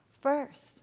first